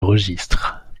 registres